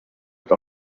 par